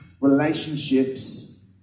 relationships